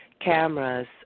cameras